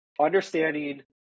understanding